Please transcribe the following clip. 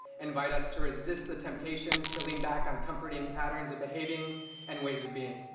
invite us to resist the temptations to lean back on comforteding patterns of behaving and ways of being.